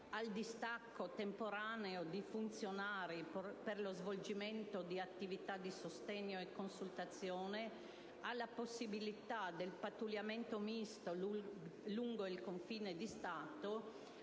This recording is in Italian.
al distacco temporaneo di funzionari per lo svolgimento di attività di sostegno e consultazione, alla possibilità del pattugliamento misto lungo il confine di Stato,